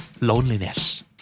loneliness